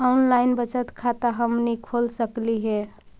Online बचत खाता हमनी खोल सकली हे?